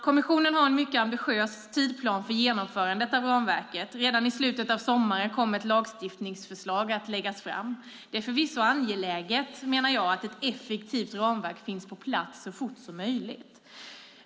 Kommissionen har en mycket ambitiös tidsplan för genomförandet av ramverket. Redan i slutet av sommaren kommer ett lagstiftningsförslag att läggas fram. Det är förvisso angeläget, menar jag, att ett effektivt ramverk finns på plats så snart som möjligt.